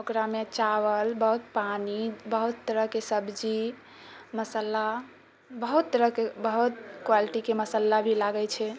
ओकरामे चावल बहुत पानि बहुत तरहके सब्जी मसाला बहुत तरहके बहुत क्वालिटीके मसाला भी लागै छै